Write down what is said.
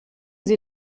sie